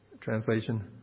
translation